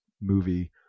movie